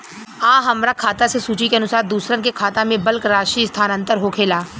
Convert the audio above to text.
आ हमरा खाता से सूची के अनुसार दूसरन के खाता में बल्क राशि स्थानान्तर होखेला?